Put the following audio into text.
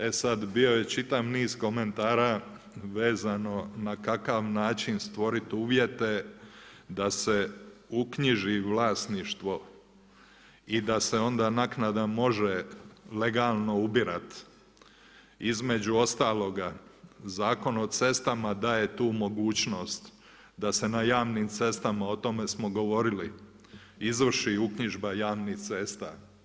E sad bio je čitav niz komentara, vezano na kakav način stvoriti uvjete da se uknjiži vlasništvo i da se onda naknada može legalno ubirati, između ostaloga Zakon o cestama daje tu mogućnost, da se na javnim cestama, o tome smo govorili izvrši uknjižba javnih cesta.